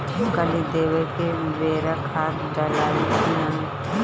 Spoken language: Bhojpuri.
कली देवे के बेरा खाद डालाई कि न?